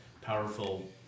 powerful